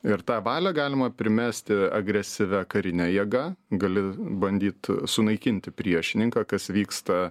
ir tą valią galima primesti agresyvia karine jėga gali bandyt sunaikinti priešininką kas vyksta